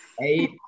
eight